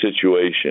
situation